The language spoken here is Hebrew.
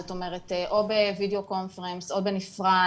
זאת אומרת או בווידיאו קונפרנס או בנפרד,